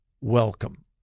welcome